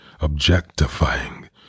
objectifying